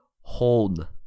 hold